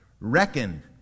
reckoned